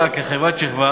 כפולה.